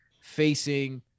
facing